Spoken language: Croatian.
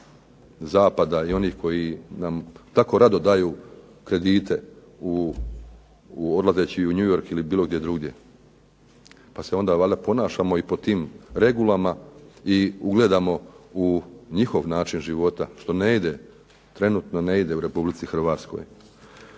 zapada i onih koji nam tako rado daju kredite odlazeći u New York ili bilo gdje drugdje, pa se onda ponašamo po tim regulama i ugledamo u njihov način života, što ne ide trenutno ne ide u Republici Hrvatskoj.